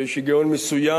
שיש היגיון מסוים